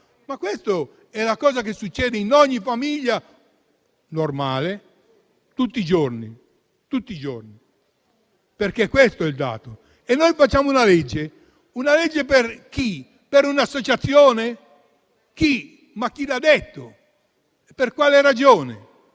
Ma questo è ciò che succede in ogni famiglia normale tutti i giorni, perché questo è il dato e noi facciamo una legge. Una legge per chi, per un'associazione? Ma chi l'ha detto? Per quale ragione?